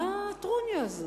מה הטרוניה הזאת?